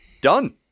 Done